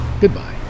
Goodbye